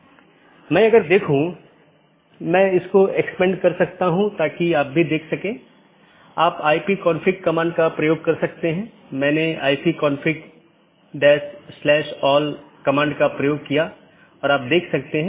और अगर आप फिर से याद करें कि हमने ऑटॉनमस सिस्टम फिर से अलग अलग क्षेत्र में विभाजित है तो उन क्षेत्रों में से एक क्षेत्र या क्षेत्र 0 बैकबोन क्षेत्र है